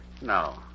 No